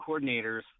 coordinators